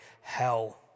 hell